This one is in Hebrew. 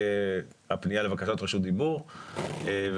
פנייה לבקשת רשות דיבור וכולי.